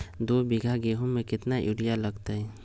दो बीघा गेंहू में केतना यूरिया लगतै?